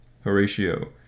Horatio